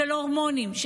של הורמונים.